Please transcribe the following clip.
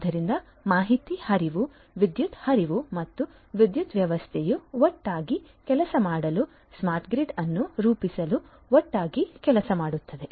ಆದ್ದರಿಂದ ಮಾಹಿತಿ ಹರಿವು ವಿದ್ಯುತ್ ಹರಿವು ಮತ್ತು ವಿದ್ಯುತ್ ವ್ಯವಸ್ಥೆಯು ಒಟ್ಟಾಗಿ ಕೆಲಸ ಮಾಡಲು ಸ್ಮಾರ್ಟ್ ಗ್ರಿಡ್ ಅನ್ನು ರೂಪಿಸಲು ಒಟ್ಟಾಗಿ ಕೆಲಸ ಮಾಡುತ್ತದೆ